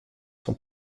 son